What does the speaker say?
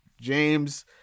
James